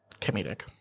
comedic